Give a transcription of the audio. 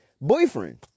boyfriend